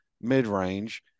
mid-range